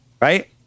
Right